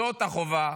זאת החובה